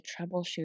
troubleshoot